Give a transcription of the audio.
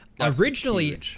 originally